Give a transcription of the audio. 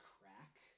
crack